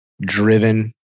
driven